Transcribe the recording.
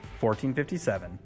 1457